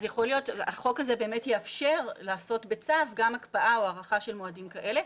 אז החוק הזה יאפשר לעשות בצו גם הקפאה או הארכה של מועדים כאלה.